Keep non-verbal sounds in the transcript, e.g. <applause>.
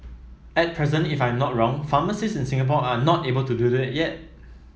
at present if I'm not wrong pharmacists in Singapore are not able to do that yet <noise>